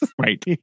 right